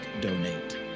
donate